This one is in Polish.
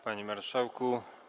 Panie Marszałku!